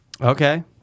Okay